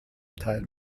teil